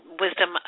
wisdom